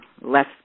less